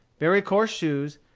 very coarse shoes,